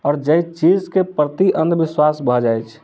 आओर जाहि चीज के प्रति अन्धविश्वास भऽ जाइ छै